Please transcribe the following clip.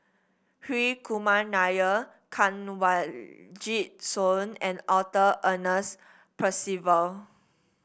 Hri Kumar Nair Kanwaljit Soin and Arthur Ernest Percival